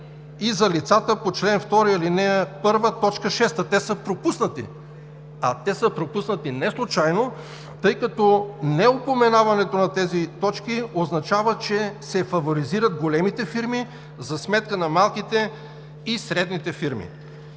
и за лицата по чл. 2, ал. 1, т. 6 – те са пропуснати. А те са пропуснати неслучайно, тъй като неупоменаването на тези точки означава, че се фаворизират големите фирми за сметка на малките и средните.